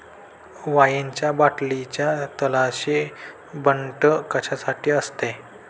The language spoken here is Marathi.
वाईनच्या बाटलीच्या तळाशी बंट कशासाठी असते?